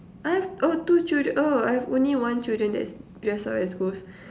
I've oh two children oh I've only one children that's dressed up as ghost